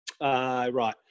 Right